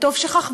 וטוב שכך,